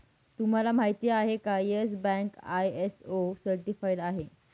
तुम्हाला माहिती आहे का, येस बँक आय.एस.ओ सर्टिफाइड आहे